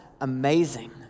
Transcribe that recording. amazing